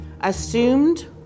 assumed